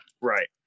Right